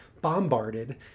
bombarded